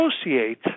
associate